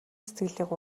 сэтгэлийг